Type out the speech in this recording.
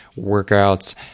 workouts